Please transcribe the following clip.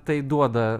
tai duoda